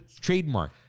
Trademark